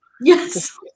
Yes